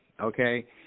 okay